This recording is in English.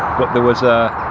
but there was a.